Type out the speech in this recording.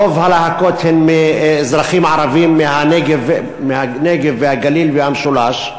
רוב הלהקות הן של אזרחים ערבים מהנגב והגליל והמשולש.